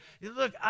Look